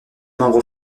membre